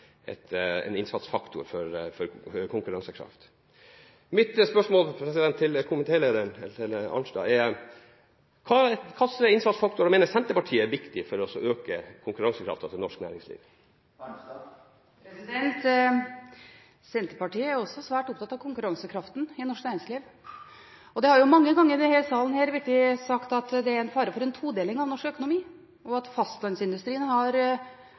et verktøy for oss når vi skal øke konkurransekraften. Vi mener at infrastruktur er viktig for norsk næringsliv, om det nå er i distriktene eller i mer sentrale strøk. God infrastruktur er en innsatsfaktor for konkurransekraft. Mitt spørsmål til komitéleder Arnstad, er: Hvilke innsatsfaktorer mener Senterpartiet er viktige for å øke konkurransekraften til norsk næringsliv? Senterpartiet er også svært opptatt av konkurransekraften i norsk næringsliv. Det har mange ganger i denne salen blitt sagt at det er en fare for